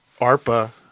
ARPA